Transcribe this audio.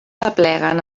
apleguen